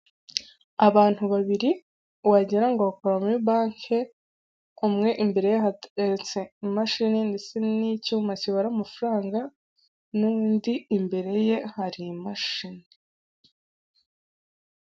Abantu babiri wagirango ngo bakora muri banke, umwe imbere ye hateretse imashini ndetse n'icyuma kibara amafaranga n'undi imbere ye hari imashini.